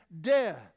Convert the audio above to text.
death